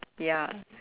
ya